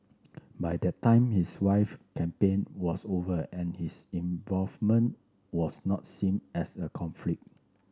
by that time his wife campaign was over and his involvement was not seen as a conflict